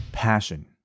passion